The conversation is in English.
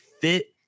fit